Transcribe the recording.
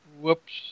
Whoops